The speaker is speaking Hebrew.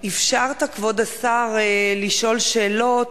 אפשרת, כבוד השר, לשאול שאלות